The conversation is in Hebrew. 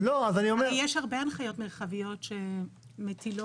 יש הרבה הנחיות מרחביות שמטילות,